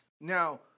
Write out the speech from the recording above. Now